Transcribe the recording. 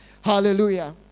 Hallelujah